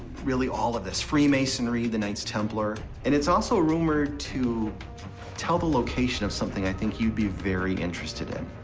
really, all of this freemasonry, the knights templar and it's also rumored to tell the location of something i think you'd be very interested in.